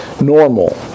normal